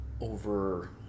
over